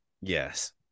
Yes